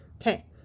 Okay